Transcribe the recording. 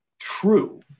true